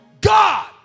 God